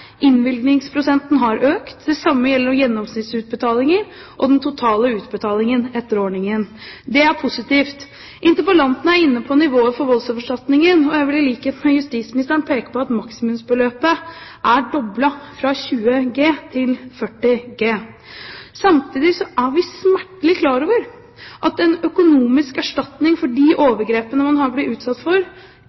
Innvilgningsprosenten har økt. Det samme gjelder gjennomsnittsutbetalinger og den totale utbetalingen etter ordningen. Det er positivt. Interpellanten er inne på nivået for voldsoffererstatningen, og jeg vil i likhet med justisministeren peke på at maksimumsbeløpet er doblet, fra 20 G til 40 G. Samtidig er vi smertelig klar over at en økonomisk erstatning for de overgrepene man har blitt utsatt for,